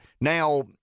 Now